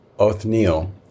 Othniel